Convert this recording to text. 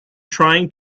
trying